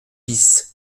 bis